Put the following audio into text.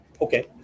Okay